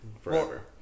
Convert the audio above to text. forever